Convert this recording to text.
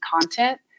content